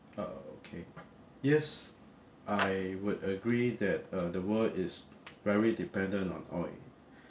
ah okay yes I would agree that uh the world is very dependent on oil